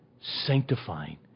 sanctifying